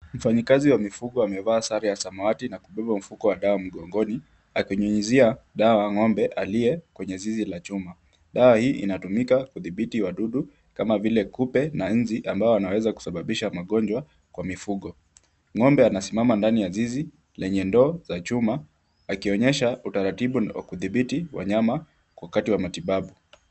Mfanyakazi wa mifugo amevaa sare ya samawati na kubeba mfuko wa dawa mgongoni akinyunyizia dawa ng'ombe aliye kwenye zizi la chuma . Dawa hii inatumika kudhibiti wadudu kama vile kupe na nzi ambao wanaweza kusababisha magonjwa kwa mifugo. Ng'ombe anasimama ndani ya zizi lenye ndio za chuma akionyesha utaratibu wa kudhibiti wanyama wakati wa matibabu.